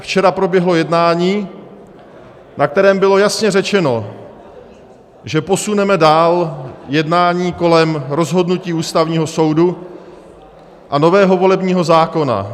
Včera proběhlo jednání, na kterém bylo jasně řečeno, že posuneme dál jednání kolem rozhodnutí Ústavního soudu a nového volebního zákona.